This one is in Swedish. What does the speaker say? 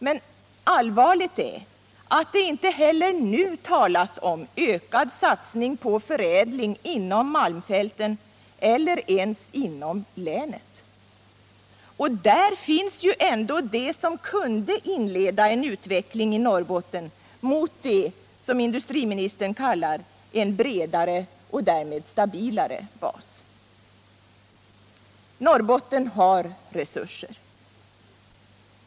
Men allvarligt är att det inte heller nu talas om ökad satsning på förädling inom malmfälten eller ens inom länet. Där finns ju ändå det som kunde inleda en utveckling i Norrbotten mot vad industriministern kallar ”en bredare och därmed stabilare bas”. Norrbotten har resurser.